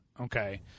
okay